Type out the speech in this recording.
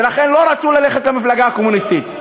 ולכן לא רצו ללכת למפלגה הקומוניסטית.